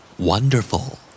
Wonderful